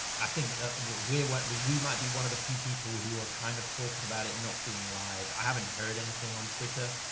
i think ah but we're, weren't we? we might be one of the few people who are kind of talking about it not being i haven't heard anything on twitter,